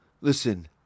Listen